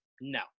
no